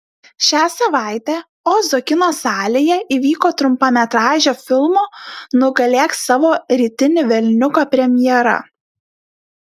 šią savaitę ozo kino salėje įvyko trumpametražio filmo nugalėk savo rytinį velniuką premjera